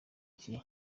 iki